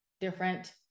different